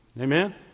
Amen